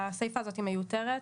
שהסיפה הזאת מיותרת,